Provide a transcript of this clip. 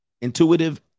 intuitive